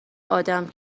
آدم